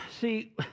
See